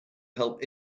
help